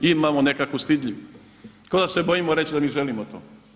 Imamo nekakvu stidljivu, kao da se bojimo reći da mi želimo to.